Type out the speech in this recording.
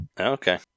Okay